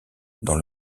dans